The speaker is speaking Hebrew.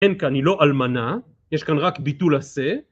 אין כאן, היא לא אלמנה, יש כאן רק ביטול עשה